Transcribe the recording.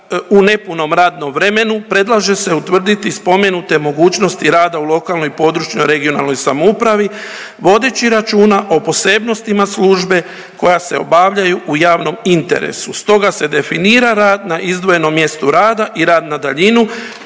u nepunom radnom vremenu predlaže se utvrditi spomenute mogućnosti rada u lokalnoj i područnoj (regionalnoj) samoupravi vodeći računa o posebnostima službe koja se obavljaju u javnom interesu. Stoga se definira rad na izdvojenom mjestu rada i rad na daljinu,